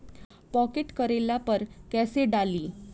Pocket करेला पर कैसे डाली?